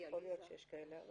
יכול להיות שיש כאלה.